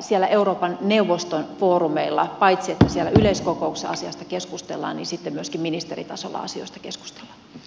siellä euroopan neuvoston foorumeilla paitsi siellä yleiskokouksessa asiasta keskustellaan niin sitten myöskin ministeritasolla asioista keskustellaan